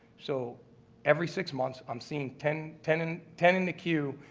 so every six months i'm seeing ten, ten and ten in the queue,